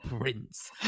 prince